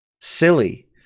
silly